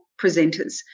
presenters